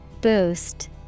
Boost